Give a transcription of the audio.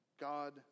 God